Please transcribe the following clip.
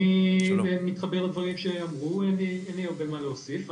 אני מתחבר לדברים שאמרו, אין לי הרבה מה להוסיף.